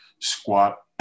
squat